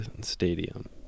stadium